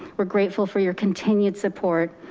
we're grateful for your continued support,